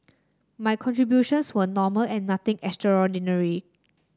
my contributions were normal and nothing extraordinary